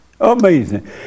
amazing